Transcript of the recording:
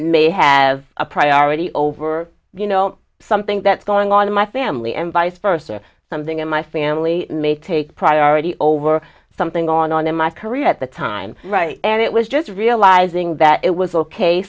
may have a priority over you know something that's going on in my family and vice versa something in my family may take priority over something on on in my career at the time and it was just realizing that it was ok